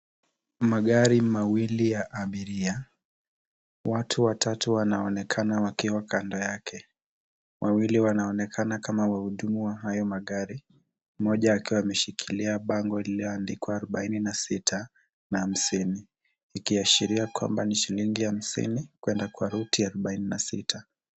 Magari mawili ya abiria. Watu watatu wanaonekana wakiwa kando yake. Wawili wanaonekana kama wahudumu wa hayo magari, mmoja akiwa ameshikilia bango lililoandikwa 46 na 50 ikiashiria kwamba ni shilingi 50 kuenda kwa ruti 46.